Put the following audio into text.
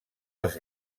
els